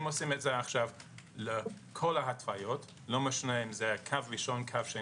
יש לך שם עולמי בכלכלת תרופות ואתה נחשב כוכב עולה בתחום.